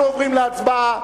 אנחנו עוברים להצבעה,